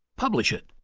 publish it,